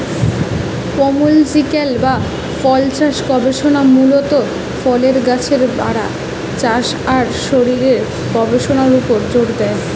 pomological বা ফলচাষ গবেষণা মূলত ফলের গাছের বাড়া, চাষ আর শরীরের গবেষণার উপর জোর দেয়